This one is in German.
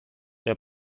wer